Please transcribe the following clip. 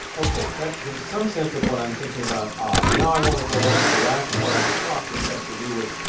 ok, that gives some sense of what i'm thinking about. i. now i want to go on to the last part of the talk, which has to do with